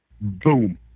boom